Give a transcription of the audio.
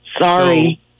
Sorry